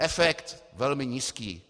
Efekt velmi nízký.